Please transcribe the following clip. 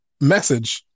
message